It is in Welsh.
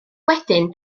wedyn